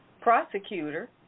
prosecutor